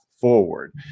forward